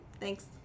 Thanks